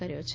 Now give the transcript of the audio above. કર્યો છે